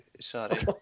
sorry